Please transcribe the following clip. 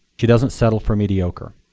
she doesn't settle for mediocre.